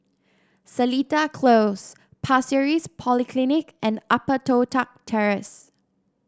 Seletar Close Pasir Ris Polyclinic and Upper Toh Tuck Terrace